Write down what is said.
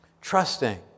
Trusting